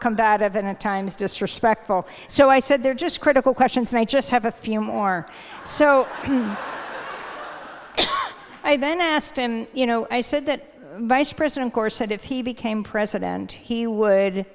combative and times disrespectful so i said they're just critical questions and i just have a few more so i then asked him you know i said that vice president gore said if he became president he would